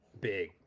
big